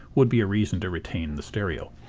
would be a reason to retain the stereo.